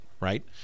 right